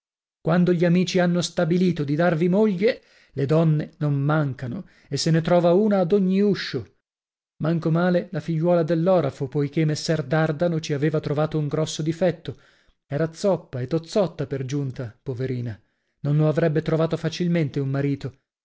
quando gli amici hanno stabilito di darvi moglie le donne non mancano e se ne trova una ad ogni uscio manco male la figliuola dell'orafo poichè messer dardano ci aveva trovato un grosso difetto era zoppa e tozzotta per giunta poverina non lo avrebbe trovato facilmente un marito